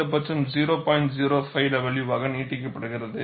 05 w ஆக நீட்டிக்கப்படுகிறது